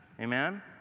Amen